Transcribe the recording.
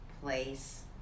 place